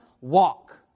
walk